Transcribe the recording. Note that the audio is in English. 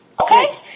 Okay